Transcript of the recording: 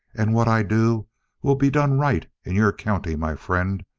and what i do will be done right in your county, my friend.